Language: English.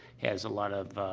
as a lot of,